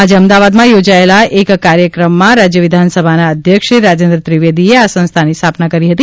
આજે અમદાવાદમાં યોજાયેલા એક કાર્યક્રમમાં રાજય વિધાનસભાના અધ્યક્ષશ્રી રાજેન્દ્ર ત્રિવેદીએ આ સંસ્થાની સ્થાપના કરી હતી